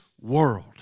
world